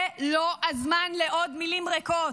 זה לא הזמן לעוד מילים ריקות,